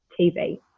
TV